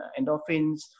endorphins